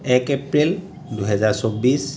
এক এপ্ৰিল দুহেজাৰ চৌব্বিছ